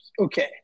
okay